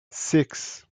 six